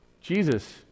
Jesus